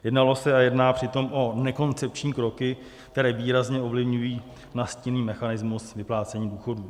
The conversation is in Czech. Jednalo se a jedná přitom o nekoncepční kroky, které výrazně ovlivňují nastíněný mechanismus vyplácení důchodů.